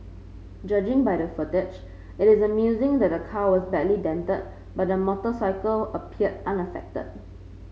judging by the footage it is amusing that the car was badly dented but the motorcycle appeared unaffected